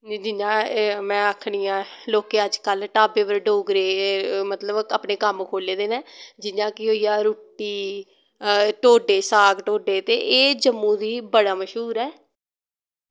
निं जियां में आक्खनी आं लोकें अजकल्ल ढाबे पर डोगरे मतलव अपने कम्म खोल्ले दे नै जियां कि होईया रुट्टी ढोडे साग ढोडे ते एह् जम्मू दी बड़ा मश्हूर ऐ